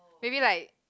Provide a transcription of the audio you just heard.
maybe like